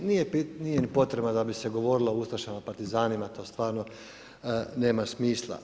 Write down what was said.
Nije ni potrebno da bi se govorilo o ustašama i partizanima, to stvarno nema smisla.